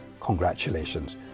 congratulations